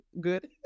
good